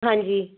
ਹਾਂਜੀ